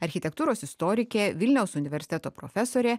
architektūros istorikė vilniaus universiteto profesorė